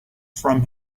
from